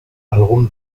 algun